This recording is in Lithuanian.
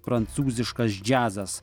prancūziškas džiazas